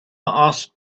asked